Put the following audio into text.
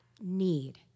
need